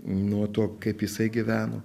nuo to kaip jisai gyveno